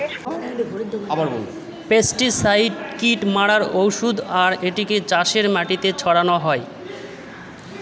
pesticide কীট মারার ঔষধ আর এটিকে চাষের মাটিতে ছড়ানো হয়